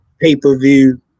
pay-per-view